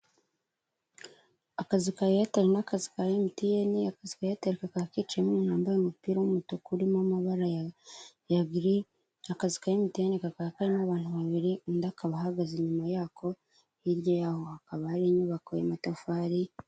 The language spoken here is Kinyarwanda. Akazu ka eyateri n'akazi ka MTN,akazu ka eyateri kakaba kicayemo umuntu wambaye umupira w'umutuku urimo amabara giri, akazu ka MTN kakaba karimo abantu babiri, undi akaba ahagaze inyuma ya ko, hirya yaho hakaba hari inyubako y'amatafari